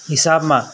हिसाबमा